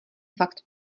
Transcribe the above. fakt